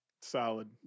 solid